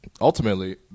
ultimately